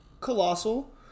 Colossal